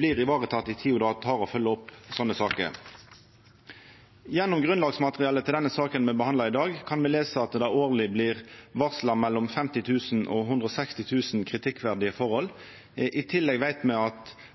blir varetekne i tida det tek å følgja opp slike saker. I grunnlagsmaterialet til denne saka me behandlar i dag, kan vi lesa at det årleg blir varsla om mellom 50 000 og 160 000 kritikkverdige forhold. I tillegg veit me at